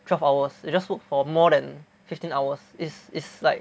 twelve hours they just work for more than fifteen hours is is like